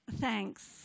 thanks